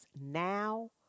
now